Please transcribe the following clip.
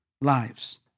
lives